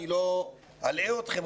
אני לא אלאה אתכם,